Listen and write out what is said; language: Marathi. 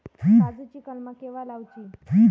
काजुची कलमा केव्हा लावची?